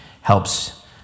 helps